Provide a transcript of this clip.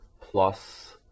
plus